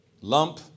lump